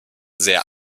sehr